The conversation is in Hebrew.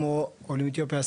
כמו עולי אתיופיה,